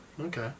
Okay